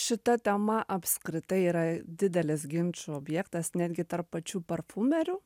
šita tema apskritai yra didelis ginčų objektas netgi tarp pačių parfumerių